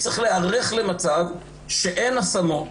צריך להיערך למצב שאין השמות,